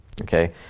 Okay